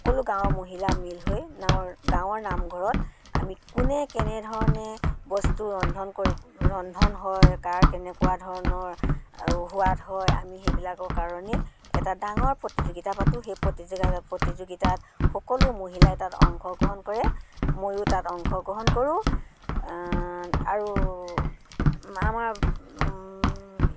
সকলো গাঁৱৰ মহিলা মিল হৈ নাঁৱৰ গাঁৱৰ নামঘৰত আমি কোনে কেনেধৰণে বস্তু ৰন্ধন কৰিব ৰন্ধন হয় কাৰ কেনেকুৱা ধৰণৰ সোৱাদ হয় আমি সেইবিলাকৰ কাৰণে এটা ডাঙৰ প্ৰতিযোগিতা পাতোঁ সেই প্ৰতিযোগি প্ৰতিযোগিতাত সকলো মহিলাই তাত অংশগ্ৰহণ কৰে ময়ো তাত অংশগ্ৰহণ কৰোঁ আৰু আমাৰ